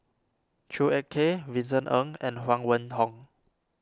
Chua Ek Kay Vincent Ng and Huang Wenhong